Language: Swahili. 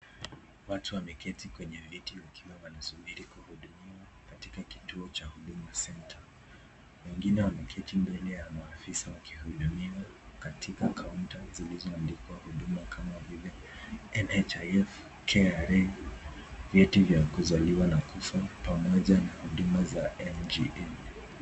Watu wameketi kwenye viti wakiwa wanasubiri kuhudumiwa katika kituo cha huduma centre wengine wameketi mbele ya maafisa wakihudumiwa katika counter zilizo andikwa huduma kama vile NHIF KRA vyeti vya kuzaliwa na kufa pamoja na huduma za NGA